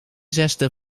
zesde